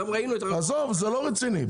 עזוב, זה לא רציני.